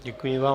Děkuji vám.